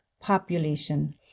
population